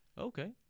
Okay